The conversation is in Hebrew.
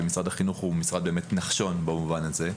ומשרד החינוך הוא משרד נחשון במובן הזה.